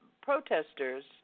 protesters